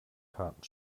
karten